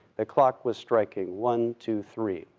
the clock was striking one, two, three,